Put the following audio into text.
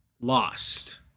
lost